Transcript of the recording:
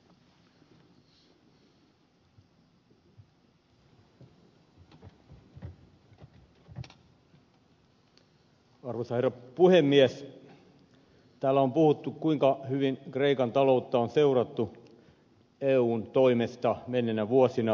täällä on puhuttu kuinka hyvin kreikan taloutta on seurattu eun toimesta menneinä vuosina